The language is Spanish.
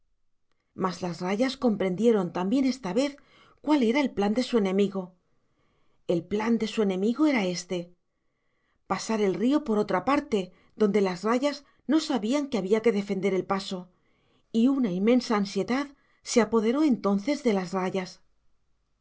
mas las rayas comprendieron también esta vez cuál era el plan de su enemigo el plan de su enemigo era éste pasar el río por otra parte donde las rayas no sabían que había que defender el paso y una inmensa ansiedad se apoderó entonces de las rayas